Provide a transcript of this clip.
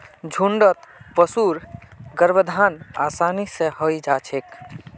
झुण्डत पशुर गर्भाधान आसानी स हई जा छेक